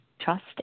Trust